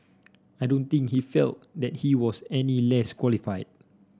I don't think he felt that he was any less qualified